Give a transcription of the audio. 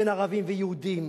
בין ערבים ויהודים,